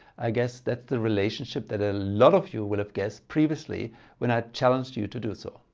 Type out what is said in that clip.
i guess that's the relationship that a lot of you will have guessed previously when i challenged you to do so.